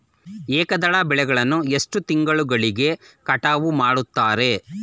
ಏಕದಳ ಬೆಳೆಯನ್ನು ಎಷ್ಟು ತಿಂಗಳಿಗೆ ಕಟಾವು ಮಾಡುತ್ತಾರೆ?